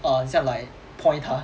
err 很像 like point 她